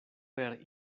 per